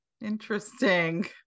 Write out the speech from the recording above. interesting